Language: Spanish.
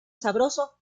sabroso